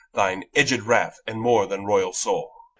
thine edged wrath and more than royal soul.